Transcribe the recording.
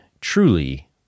truly